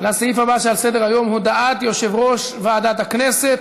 לסעיף הבא שעל סדר-היום: הודעת יושב-ראש ועדת הכנסת.